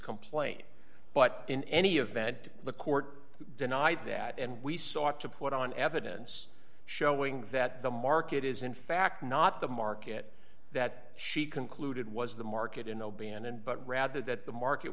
complaint but in any event the court denied that and we sought to put on evidence showing that the market is in fact not the market that she concluded was the market in o'bannon but rather that the market